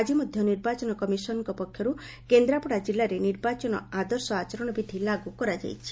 ଆକି ମଧ୍ୟ ନିର୍ବାଚନ କମିଶନଙ୍କ ପକ୍ଷରୁ କେନ୍ଦ୍ରାପଡ଼ା ଜିଲ୍ଲାରେ ନିର୍ବାଚନ ଆଦର୍ଶ ଆଚରଣ ବିଧି ଲାଗୁ କରାଯାଇଛି